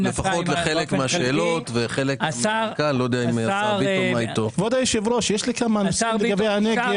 השר ביטון נשאר והמנכ"ל נשאר.